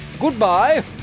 Goodbye